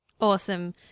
Awesome